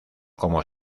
como